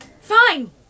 Fine